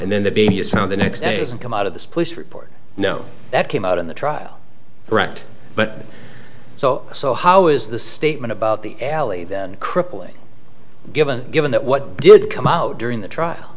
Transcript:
and then the baby was found the next days and come out of this police report no that came out in the trial direct but so so how is the statement about the alley crippling given given that what did come out during the trial